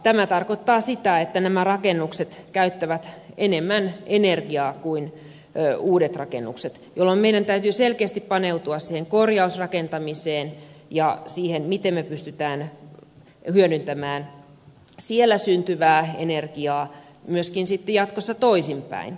tämä tarkoittaa sitä että nämä rakennukset käyttävät enemmän energiaa kuin uudet rakennukset jolloin meidän täytyy selkeästi paneutua siihen korjausrakentamiseen ja siihen miten me pystymme hyödyntämään siellä syntyvää energiaa myöskin sitten jatkossa toisinpäin